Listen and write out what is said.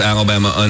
Alabama